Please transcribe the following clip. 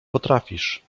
potrafisz